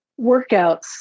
workouts